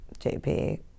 JP